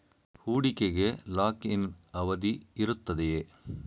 ಹೂಡಿಕೆಗೆ lock in ಅವಧಿ ಇರುತ್ತದೆಯೇ?